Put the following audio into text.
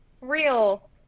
real